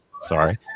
sorry